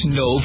no